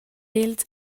egls